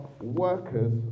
workers